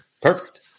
Perfect